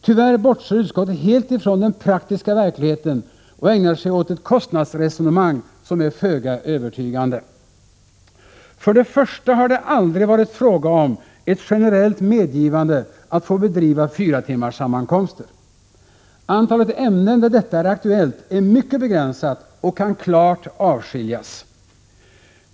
Tyvärr bortser utskottet helt från den praktiska verkligheten och ägnar sig åt ett kostnadsresonemang som är föga övertygande. För det första har det aldrig varit fråga om ett generellt medgivande att få bedriva fyratimmarssammankomster. Antalet ämnen där detta är aktuellt är mycket begränsat och kan klart avskiljas.